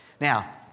Now